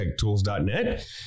techtools.net